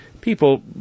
people